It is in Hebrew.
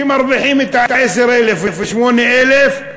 שמרוויחים את ה-10,000 או 8,000,